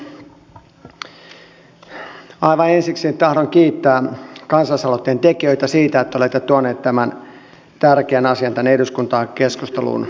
aivan ensiksi tahdon kiittää kansalaisaloitteen tekijöitä siitä että olette tuoneet tämän tärkeän asian tänne eduskuntaan keskusteluun